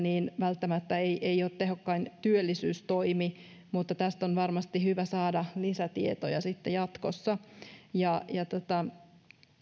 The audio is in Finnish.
välttämättä tämä ei ole tehokkain työllisyystoimi mutta tästä on varmasti hyvä saada lisätietoja sitten jatkossa